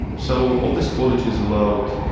and so all these qualities allowed